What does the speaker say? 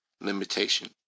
limitation